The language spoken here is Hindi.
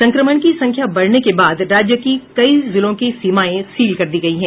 संक्रमण की संख्या बढ़ने के बाद राज्य की कई जिलों की सीमाएं सील कर दी गयी है